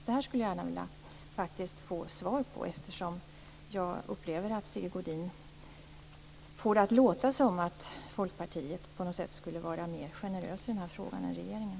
Jag skulle gärna vilja ha ett svar på den frågan, eftersom Sigge Godin får det att låta som om Folkpartiet på något sätt är mera generöst än regeringen i den här frågan.